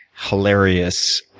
hilarious,